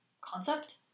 concept